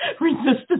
resistance